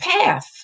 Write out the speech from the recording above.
path